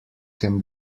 can